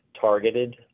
targeted